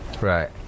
Right